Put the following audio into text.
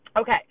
okay